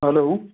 hello